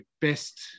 best